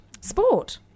Sport